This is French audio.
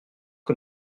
que